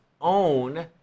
own